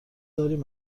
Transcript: داریم